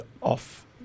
off